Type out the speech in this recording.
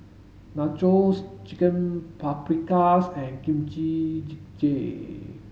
Nachos Chicken Paprikas and Kimchi Jjigae